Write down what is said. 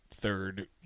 third